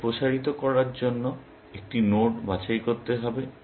আমাদের প্রসারিত করার জন্য একটি নোড বাছাই করতে হবে